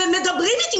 מדברים איתי,